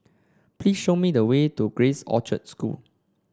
please show me the way to Grace Orchard School